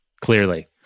clearly